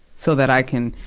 so that i can,